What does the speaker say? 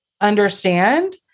understand